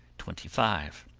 twenty five.